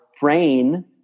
brain